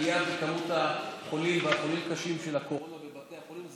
עלייה במספר החולים והחולים הקשים של הקורונה בבתי החולים,